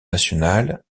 nationale